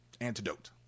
antidote